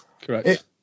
Correct